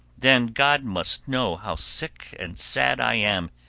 then god must know how sick and sad i am,